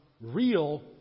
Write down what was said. real